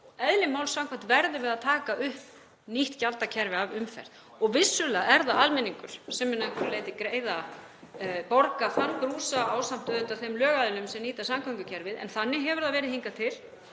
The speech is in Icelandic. Eðli máls samkvæmt verðum við að taka upp nýtt gjaldkerfi af umferð og vissulega er það almenningur sem mun að einhverju leyti borga þann brúsa, ásamt auðvitað þeim lögaðilum sem nýta samgöngukerfið, þannig hefur það verið hingað til